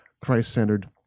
Christ-centered